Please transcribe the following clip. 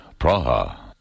Praha